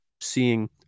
seeing